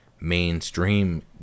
mainstream